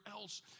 else